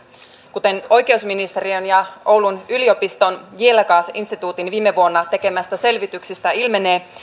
kuten oikeusministeriön ja oulun yliopiston giellagas instituutin viime vuonna tekemästä selvityksestä ilmenee